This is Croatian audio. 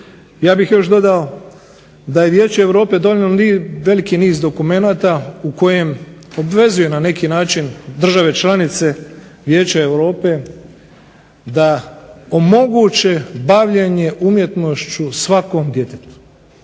ja bih još dodao da je Vijeće Europe donijelo veliki niz dokumenata u kojem obvezuje na neki način države članice Vijeća Europe da omoguće bavljenje umjetnošću svakom djetetu.